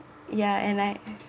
ya and like